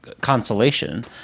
consolation